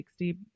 60